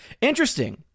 Interesting